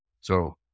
So-